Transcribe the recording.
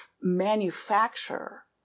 manufacture